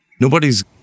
nobody's